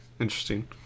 Interesting